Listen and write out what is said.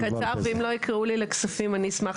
קצר ואם לא ייקראו לי לכספים אני אשמח